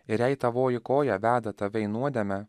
ir jei tavoji koja veda tave į nuodėmę